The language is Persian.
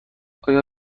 آیا